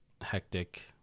hectic